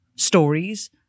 Stories